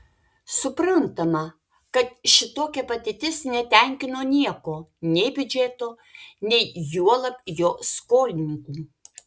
suprantama kad šitokia padėtis netenkino nieko nei biudžeto nei juolab jo skolininkų